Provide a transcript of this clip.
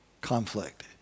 conflict